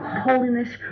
holiness